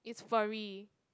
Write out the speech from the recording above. it's furry